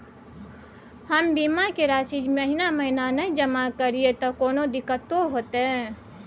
हम बीमा के राशि महीना महीना नय जमा करिए त कोनो दिक्कतों होतय?